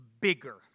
bigger